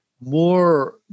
More